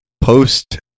post